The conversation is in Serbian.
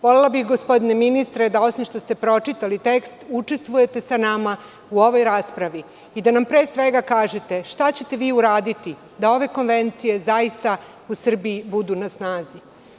Volela bih, gospodine ministre, da, osim što ste pročitali tekst, učestvujete sa nama u ovoj raspravi i da nam pre svega kažete šta ćete vi uraditi da ove konvencije u Srbiji zaista budu na snazi.